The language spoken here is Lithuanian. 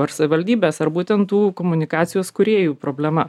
ar savivaldybės ar būtent tų komunikacijos kūrėjų problema